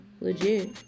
Legit